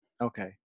Okay